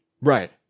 right